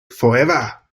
forever